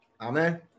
Amen